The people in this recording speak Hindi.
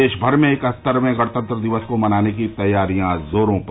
देश भर में इकहत्तरवें गणतंत्र दिवस को मनाने की तैयारियां जोरों पर